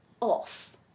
off